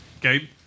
Gabe